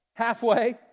halfway